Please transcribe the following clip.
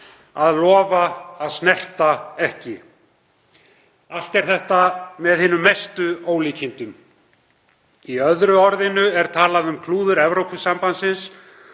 að lofa að snerta ekki. Allt er þetta með hinum mestu ólíkindum. Í öðru orðinu er talað um klúður Evrópusambandsins